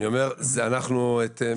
אני אומר, מה